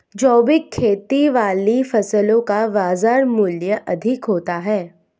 जैविक खेती वाली फसलों का बाजार मूल्य अधिक होता है